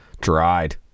dried